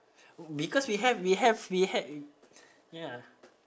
because we have we have we had ya